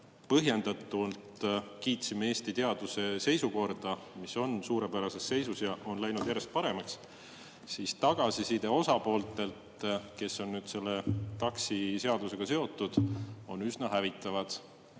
põhjendatult kiitsime Eesti teaduse seisukorda, mis on suurepärases seisus ja on läinud järjest paremaks, siis tagasiside osapooltelt, kes on TAKS-iga seotud, on üsna hävitav.